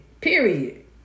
period